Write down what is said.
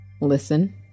Listen